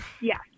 Yes